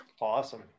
Awesome